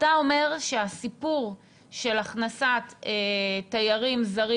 אתה אומר שהסיפור של הכנסת תיירים זרים